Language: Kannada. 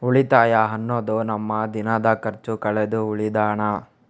ಉಳಿತಾಯ ಅನ್ನುದು ನಮ್ಮ ದಿನದ ಖರ್ಚು ಕಳೆದು ಉಳಿದ ಹಣ